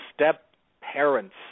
step-parents